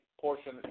portion